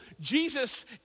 Jesus